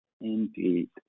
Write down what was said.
Indeed